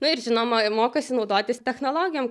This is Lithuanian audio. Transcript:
na ir žinoma mokosi naudotis technologijom